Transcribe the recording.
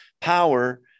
power